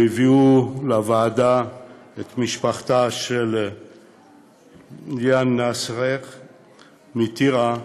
והביאו לוועדה את משפחתה של ליאן נאסר מטירה,